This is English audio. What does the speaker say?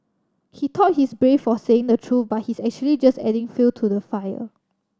he thought he's brave for saying the true but he's actually just adding fuel to the fire